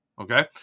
Okay